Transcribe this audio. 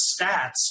stats